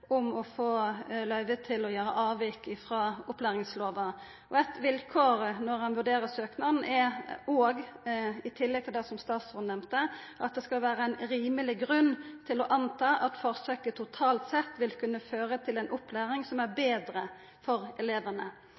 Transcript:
om å få løyve til å gjera avvik frå opplæringslova. Eit vilkår når ein vurderer søknaden, er – i tillegg til det statsråden nemnde – at det skal vera ein rimeleg grunn til å anta at forsøket totalt sett vil kunna føra til ei opplæring som er betre for elevane.